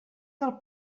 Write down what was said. del